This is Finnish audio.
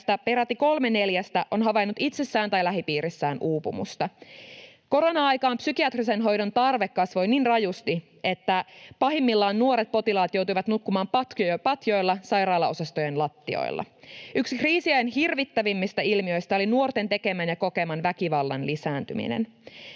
peräti kolme neljästä on havainnut itsessään tai lähipiirissään uupumusta. Korona-aikaan psykiatrisen hoidon tarve kasvoi niin rajusti, että pahimmillaan nuoret potilaat joutuivat nukkumaan patjoilla sairaalaosastojen lattioilla. Yksi kriisiajan hirvittävimmistä ilmiöistä oli nuorten tekemän ja kokeman väkivallan lisääntyminen.